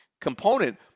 component